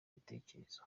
intekerezo